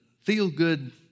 feel-good